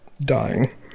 dying